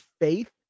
faith